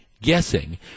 guessing